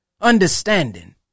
understanding